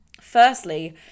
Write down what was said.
Firstly